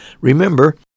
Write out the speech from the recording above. Remember